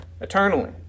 eternally